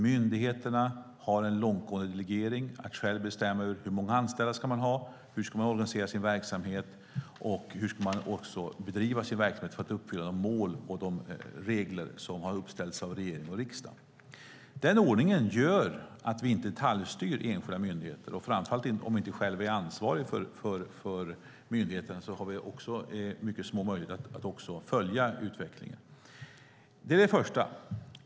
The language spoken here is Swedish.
Myndigheterna har en långtgående delegering att själva bestämma hur många anställda man ska ha, hur man ska organisera sin verksamhet och hur man ska bedriva sin verksamhet för att uppfylla de mål och regler som har uppställts av regering och riksdag. Den ordningen gör att vi inte detaljstyr enskilda myndigheter. Är man själv inte ansvarig för myndigheten har man också mycket små möjligheter att följa utvecklingen. Det är det första.